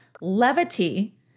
levity